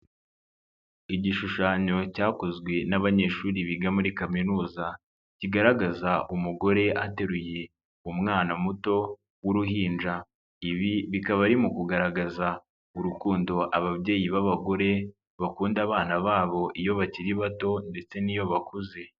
Igishushanyo cyakozwe n'abanyeshuri biga muri kaminuza, kigaragaza umugore ateruye umwana muto w'uruhinja, ibi bikaba ari mu kugaragaza urukundo ababyeyi b'abagore bakunda abana babo iyo bakiri bato ndetse n'iyo bakuze.